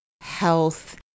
health